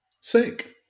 Sick